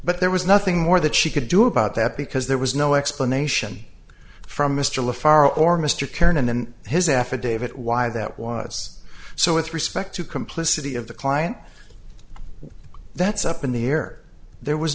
but there was nothing more that she could do about that because there was no explanation from mr le far or mr karan and then his affidavit why that was so with respect to complicity of the client that's up in the air there was